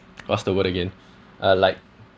what's the word again ah like